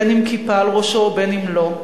בין שכיפה על ראשו ובין שלא,